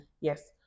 Yes